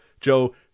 Joe